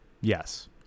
Yes